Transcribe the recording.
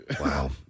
Wow